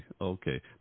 okay